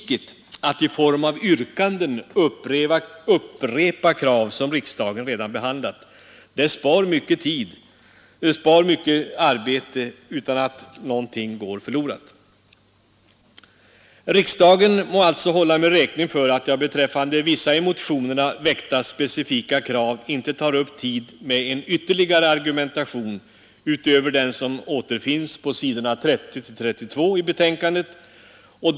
Där talar man inte i det kommunala livet om näringsliv kontra offentlig sektor, utan jag vet av erfarenhet att näringslivet bildligt talat hänger på dörrhandtaget hos kommunalförvaltningen ständigt för att säga: Nu behöver vi bostäder. Nu behöver vi barnstugor. Nu behöver vi ha allt det som man räknar till den offentliga sektorn.